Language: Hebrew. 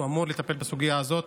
אמור לטפל בסוגיה הזאת